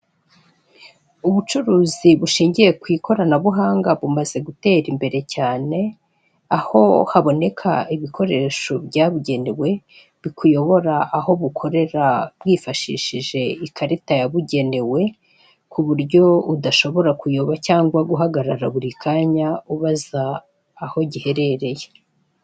Ubucuruzi bushingiye ku ikoranabuhanga bumaze gutera imbere cyane, aho haboneka ibikoresho byabugenewe bikuyobora aho bukorera wifashishije ikarita yabugenewe, ku buryo udashobora kuyoba cyangwa guhagarara buri kanya ubaza aho giherereye.